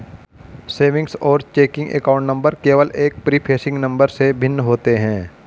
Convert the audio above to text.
savings और checking account number केवल एक प्रीफेसिंग नंबर से भिन्न होते हैं